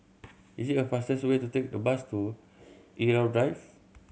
is it a faster way to take the bus to Irau Drive